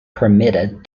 permitted